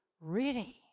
ready